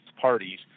parties